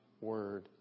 word